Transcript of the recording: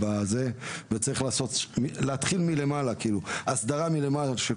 צריך להתחיל מלמעלה, הסדרה מלמעלה.